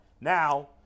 Now